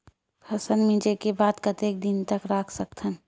फसल मिंजे के बाद कतेक दिन रख सकथन?